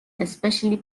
especially